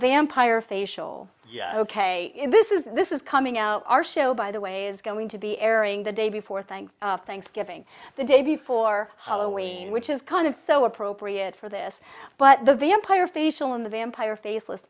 vampire facial yeah ok this is this is coming out our show by the way is going to be airing the day before thank thanksgiving the day before holloway which is kind of so appropriate for this but the vampire facial in the vampire facel